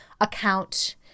account